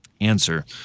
Answer—